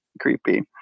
creepy